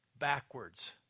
backwards